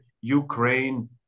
ukraine